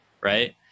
Right